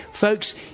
folks